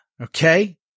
okay